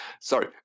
Sorry